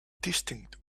distinct